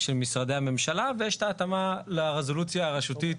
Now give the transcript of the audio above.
של משרדי הממשלה ויש את ההתאמה לרזולוציה הרשותית